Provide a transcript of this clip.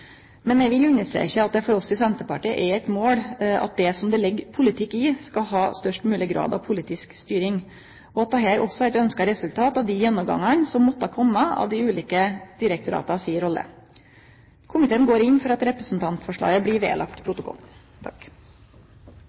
Men eg vil understreke at det for oss i Senterpartiet er eit mål at det som det ligg politikk i, skal ha størst mogleg grad av politisk styring, og at dette òg er eit ønskt resultat av dei gjennomgangane som måtte kome av dei ulike direktorata si rolle. Komiteen går inn for at representantframlegget blir lagt ved protokollen. Representantforslaget